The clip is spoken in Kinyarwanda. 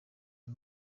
iyo